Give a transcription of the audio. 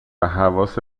حواست